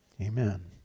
amen